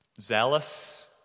zealous